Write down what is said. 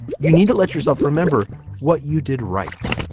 you need to let yourself remember what you did right.